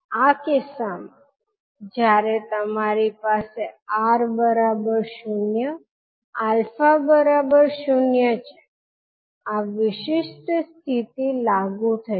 આ કિસ્સામાં જ્યારે તમારી પાસે 𝑅 0 𝛼 0 છે આ વિશિષ્ટ સ્થિતિ લાગુ થશે